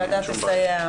אין שום בעיה.